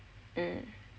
mm